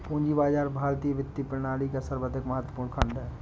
पूंजी बाजार भारतीय वित्तीय प्रणाली का सर्वाधिक महत्वपूर्ण खण्ड है